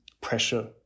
pressure